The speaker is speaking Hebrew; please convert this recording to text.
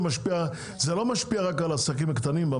זה לא משפיע רק על עסקים קטנים,